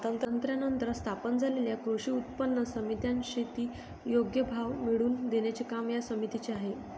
स्वातंत्र्यानंतर स्थापन झालेल्या कृषी उत्पन्न पणन समित्या, शेती योग्य भाव मिळवून देण्याचे काम या समितीचे आहे